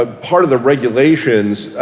ah part of the regulations,